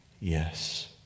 yes